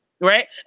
right